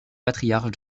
patriarche